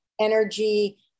energy